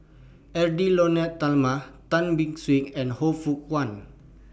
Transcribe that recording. Edwy Lyonet Talma Tan Beng Swee and Han Fook Kwang